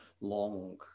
long